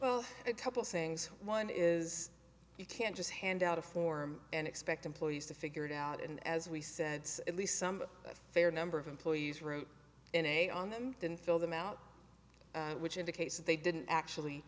a couple things one is you can't just hand out a form and expect employees to figure it out and as we said at least some fair number of employees wrote in a on them didn't fill them out which indicates that they didn't actually